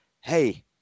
hey